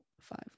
five